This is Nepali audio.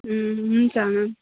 हुँ हुन्छ म्याम